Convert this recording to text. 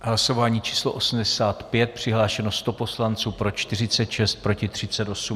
Hlasování číslo 85, přihlášeno 100 poslanců, pro 46, proti 38.